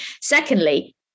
Secondly